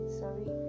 sorry